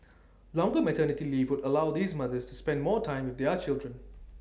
longer maternity leave would allow these mothers to spend more time with their children